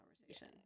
conversation